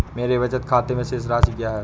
मेरे बचत खाते में शेष राशि क्या है?